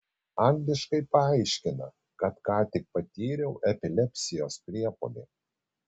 angliškai paaiškina kad ką tik patyriau epilepsijos priepuolį